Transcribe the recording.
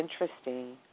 interesting